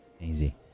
Easy